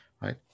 Right